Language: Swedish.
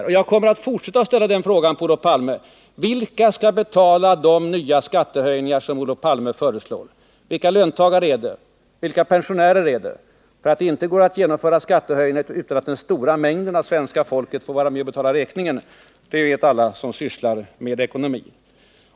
Och jag kommer att forsätta att ställa den frågan till Olof Palme: Vilka skall betala de nya skattehöjningar som ni föreslår? Vilka löntagare är det? Vilka pensionärer är det? — Att det inte går att genomföra skattehöjningar utan att den stora mängden av svenska folket får vara med och betala räkningen, det vet alla som sysslar med ekonomi.